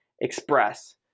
express